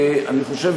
אני חושב,